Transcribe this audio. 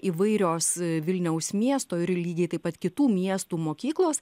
įvairios vilniaus miesto ir lygiai taip pat kitų miestų mokyklos